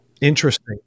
interesting